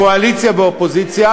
קואליציה ואופוזיציה,